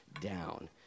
down